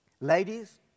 Ladies